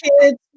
kids